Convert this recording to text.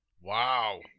wow